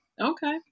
Okay